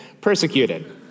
persecuted